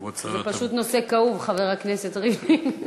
כבוד שרת, זה פשוט נושא כאוב, חבר הכנסת ריבלין.